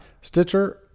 Stitcher